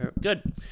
Good